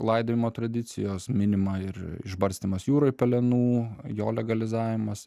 laidojimo tradicijos minima ir išbarstymas jūroj pelenų jo legalizavimas